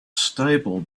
stable